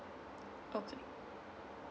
okay